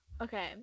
Okay